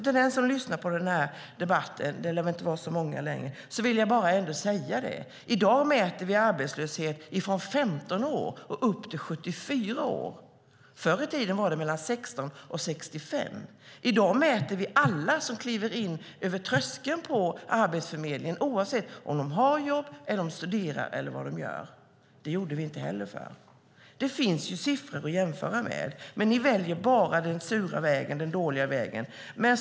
Till den som lyssnar på den här debatten - det lär väl inte vara så många längre - vill jag bara ändå säga att i dag mäter vi arbetslöshet från 15 upp till 74 år. Förr i tiden var det mellan 16 och 65 år. I dag mäter vi alla som kliver över tröskeln på Arbetsförmedlingen oavsett om de har jobb, om de studerar eller vad de gör. Det gjorde vi inte heller förr. Det finns siffror att jämföra med, men ni väljer bara den sura och dåliga vägen.